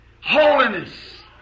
holiness